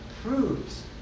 proves